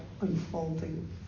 unfolding